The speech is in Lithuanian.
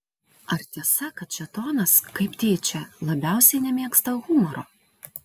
ar tiesa kad šėtonas kaip tyčia labiausiai nemėgsta humoro